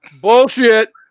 Bullshit